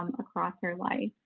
um across her life.